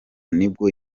nibwo